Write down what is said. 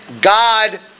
God